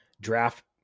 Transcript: draft